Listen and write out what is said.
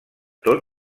tot